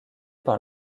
par